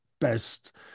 best